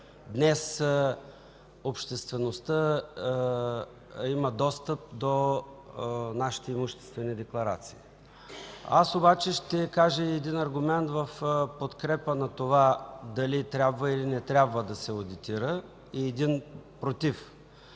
Днес обществеността има достъп до нашите имуществени декларации. Аз обаче ще кажа един аргумент в подкрепа на това дали трябва или не трябва да се одитира, и един против.